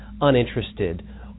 uninterested